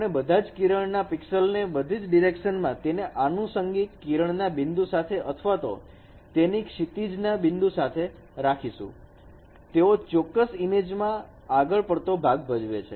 આપણે બધી જ કિરણના pixels ને બધી ડિરેક્શનમાં તેને આનુસંગિક કિરણ ના બિંદુ સાથે અથવા તો તેની ક્ષિતિજના બિંદુ સાથે રાખીશ તેઓ ચોક્કસ ઈમેજમાં આગળ પડતો ભાગ ભજવે છે